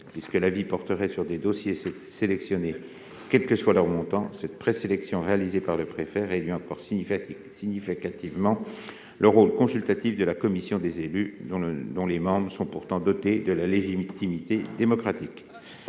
puisque l'avis porterait sur les dossiers sélectionnés, quel que soit leur montant -, cette « présélection » réalisée par le préfet réduit encore significativement le rôle consultatif de la commission des élus, dont les membres sont pourtant dotés de la légitimité démocratique.